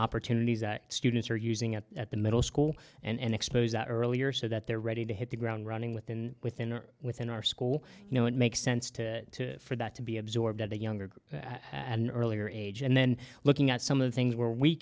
opportunities that students are using it at the middle school and expose that earlier so that they're ready to hit the ground running within within or within our school you know it makes sense to for that to be absorbed at a younger group at an earlier age and then looking at some of the things where we